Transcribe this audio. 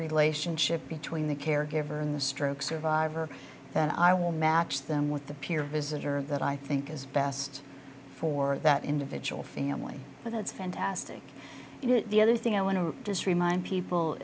relationship between the caregiver and the stroke survivor then i will match them with the peer visitor that i think is best for that individual family but that's fantastic you know the other thing i want to just remind people